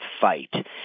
fight